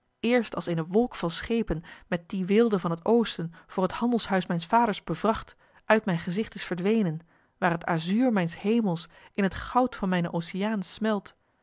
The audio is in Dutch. eerst als eene wolk van schepen met die weelde van het oosten voor het handelshuis mijns vaders bevracht uit mijn gezigt is verdwenen waar het azuur mijns hemels in het goud van mijnen oceaan smelt